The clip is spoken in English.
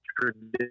tradition